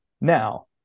Now